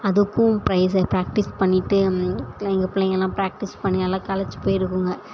அதுக்கும் prize practice பண்ணிவிட்டு எங்கள் பிள்ளைங்கள்லாம் ப்ராக்டிஸ் பண்ணி எல்லாம் களைச்சி போயிருக்கும்ங்க